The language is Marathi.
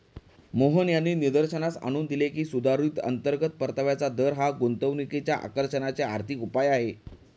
मोहन यांनी निदर्शनास आणून दिले की, सुधारित अंतर्गत परताव्याचा दर हा गुंतवणुकीच्या आकर्षणाचे आर्थिक उपाय आहे